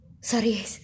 sorry